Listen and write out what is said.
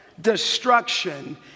Destruction